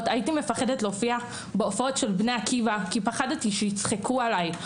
הייתי מפחדת להופיע בהופעות של בני עקיבא כי פחדתי שיצחקו עליי,